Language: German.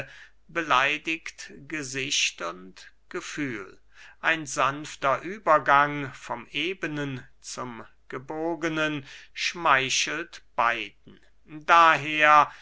beleidigt gesicht und gefühl ein sanfter übergang vom ebenen zum gebogenen schmeichelt beiden daher